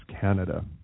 Canada